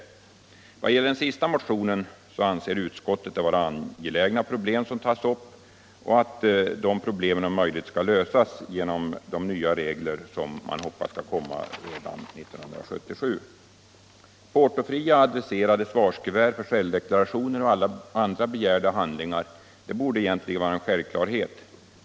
Vad det gäller den sista motionen anser utskottet det vara angelägna problem som tas upp, och att de problemen om möjligt skall lösas genom de nya regler man hoppas skall komma redan 1977. Portofria, adresserade svarskuvert för självdeklarationer och andra begärda handlingar borde egentligen vara en självklarhet.